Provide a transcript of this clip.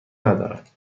ندارد